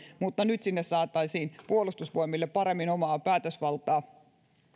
mutta nyt sinne saataisiin puolustusvoimille paremmin omaa päätösvaltaa